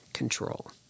control